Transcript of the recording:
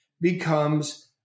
becomes